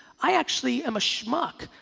i actually am a schmuck,